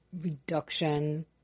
reduction